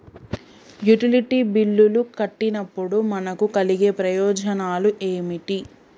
Utility బిల్లులు కట్టినప్పుడు మనకు కలిగే ప్రయోజనాలు ఏమిటి?